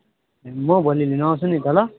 म भोलि लिन आउँछु नि त ल